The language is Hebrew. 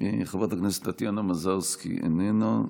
חברת הכנסת טטיאנה מזרסקי, איננה,